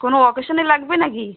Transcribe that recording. কোনও অকেশানে লাগবে না কি